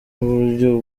uburyo